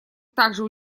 также